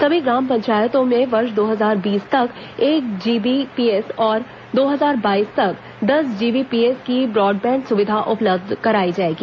सभी ग्राम पंचायतो में वर्ष दो हजार बीस तक एक जीबीपीएस और दो हजार बाईस तक दस जीबीपीएस की ब्रॉडबैंड सुविधा उपलब्ध कराई जायेगी